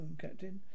Captain